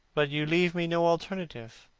but you leave me no alternative.